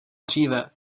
dříve